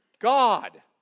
God